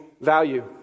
value